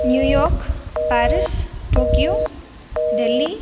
New York Paris Tokyo Delhi